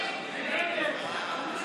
לא נתקבלה.